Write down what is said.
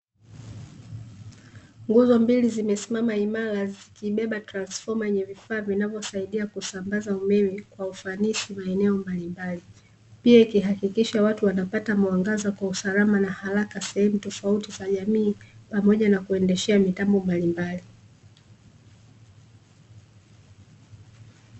Nguzo mbili zimesimama imara zikibeba transifoma yenye vifaa vinavyosaidia kusambaza umeme kwa ufanisi maeneo mbalimbali. Pia zikihakikisha wanapata mwangaza kwa usalama na haraka sehemu tofauti za jamii, pamoja kuendeshea mitambo mbalimbali.